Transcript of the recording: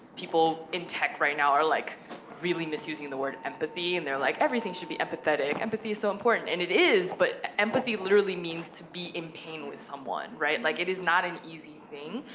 people in tech right now are like really misusing the word empathy, and they're like, everything should be empathetic. empathy is so important, and it is, but empathy literally means to be in pain with someone, right? like, it is not an easy thing,